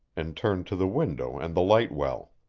and turned to the window and the light-well.